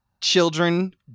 children